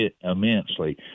immensely